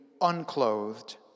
unclothed